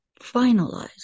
finalize